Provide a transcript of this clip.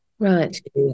Right